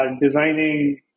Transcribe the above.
designing